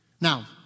Now